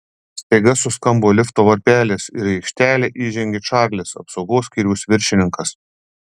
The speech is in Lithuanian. staiga suskambo lifto varpelis ir į aikštelę įžengė čarlis apsaugos skyriaus viršininkas